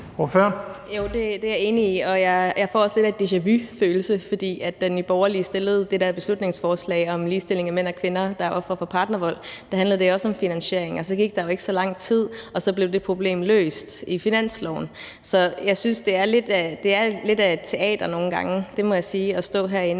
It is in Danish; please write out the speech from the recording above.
det er jeg enig i, og jeg får også lidt af en deja-vu-følelse, for da Nye Borgerlige fremsatte det der beslutningsforslag om ligestilling af mænd og kvinder, der er ofre for partnervold, handlede det også om finansiering, og så gik der jo ikke så lang tid, og så blev det problem løst i finansloven. Så jeg synes, at det nogle gange er lidt af et teater, det må jeg sige, at stå herinde.